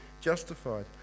justified